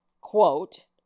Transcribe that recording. quote